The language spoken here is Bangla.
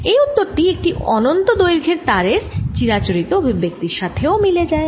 এই উত্তর টি একটি অনন্ত দৈর্ঘ্যের তারের চিরাচরিত অভিব্যক্তির সাথে মিলেও যায়